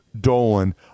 Dolan